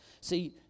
See